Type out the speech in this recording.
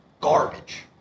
garbage